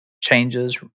changes